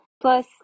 Plus